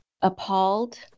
appalled